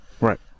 Right